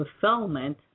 fulfillment